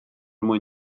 mwy